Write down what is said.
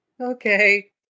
Okay